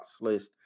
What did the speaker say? list